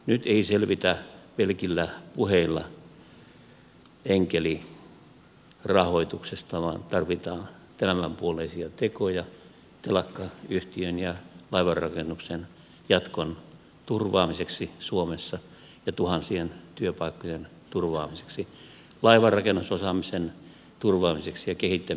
nyt ei selvitä pelkillä puheilla enkelirahoituksesta vaan tarvitaan tämänpuoleisia tekoja telakkayhtiön ja laivanrakennuksen jatkon turvaamiseksi suomessa ja tuhansien työpaikkojen turvaamiseksi laivanrakennusosaamisen turvaamiseksi ja kehittämiseksi suomessa